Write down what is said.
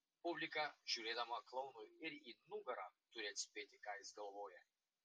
publika žiūrėdama klounui ir į nugarą turi atspėti ką jis galvoja